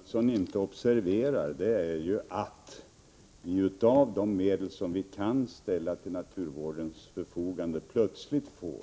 Herr talman! Vad Björn Samuelson inte observerar är att vi av de medel som vi kan ställa till naturvårdens förfogande plötsligt får